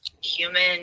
human